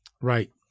right